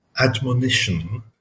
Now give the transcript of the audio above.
admonition